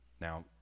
Now